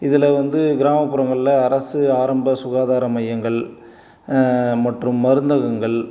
இதில் வந்து கிராமப்புறங்கள்ல அரசு ஆரம்ப சுகாதார மையங்கள் மற்றும் மருந்தகங்கள்